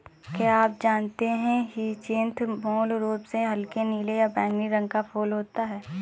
क्या आप जानते है ह्यचीन्थ मूल रूप से हल्के नीले या बैंगनी रंग का फूल होता है